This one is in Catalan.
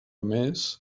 més